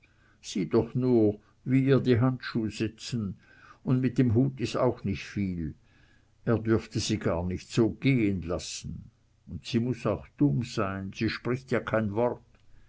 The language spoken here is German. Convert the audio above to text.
sieh doch nur wie ihr die handschuh sitzen und mit dem hut is auch nicht viel er dürfte sie gar nicht so gehn lassen und sie muß auch dumm sein sie spricht ja kein wort